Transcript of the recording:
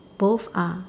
both are